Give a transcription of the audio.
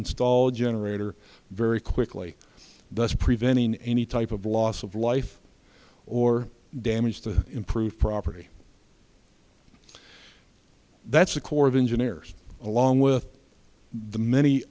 install a generator very quickly thus preventing any type of loss of life or damage to improve property that's the corps of engineers along with the many